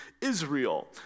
Israel